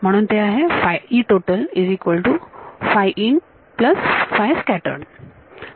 म्हणून ते आहे